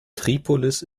tripolis